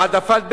העדפת בהמה,